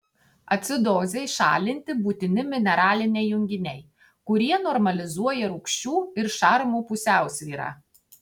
acidozei šalinti būtini mineraliniai junginiai kurie normalizuoja rūgščių ir šarmų pusiausvyrą